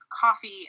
coffee